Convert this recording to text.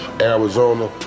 Arizona